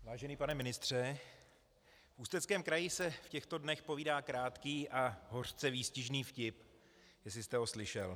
Vážený pane ministře, v Ústeckém kraji se v těchto dnech povídá krátký a hořce výstižný vtip, jestli jste ho slyšel.